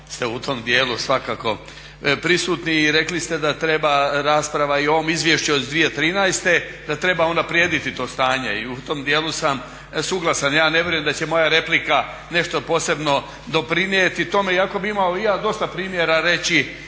ste u tom dijelu svakako prisutni i rekli ste da treba rasprava i o ovom izvješću od 2013.da treba unaprijediti to stanje i u tom dijelu sam suglasan. Ja ne vjerujem da će moja replika nešto posebno doprinijeti tome iako bi imao i ja dosta primjera reći